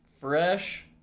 Fresh